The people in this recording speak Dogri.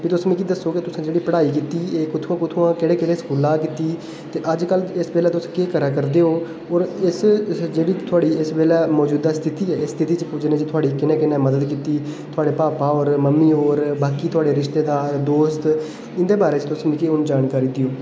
तुस मिगी दस्सो तुसें जेह्ड़ी पढ़ाई कीती ओह् कुत्थुआं कुत्थुआं ते केह्ड़े केह्ड़े स्कूलै कीती ते इस अजकल तुस केह् करा करदे ओ ते इस बेल्लै तुं'दी मौजूदा स्थीति केह् ऐ ते इस स्थीति च पुज्जने आस्तै तुं'दी कु'न कु'न मदद कीती थुहाड़े मम्मी होर पापा होर बाकी तुं'दे रिश्तेदार दोस्त उं'दे बारे च दस्सो ते मिगी जानकारी देओ